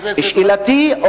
שאלתי,